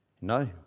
No